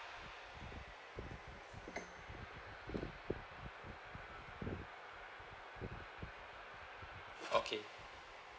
okay